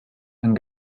and